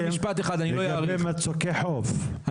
מטפלים במצוקי חוף.